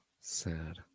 Sad